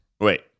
Wait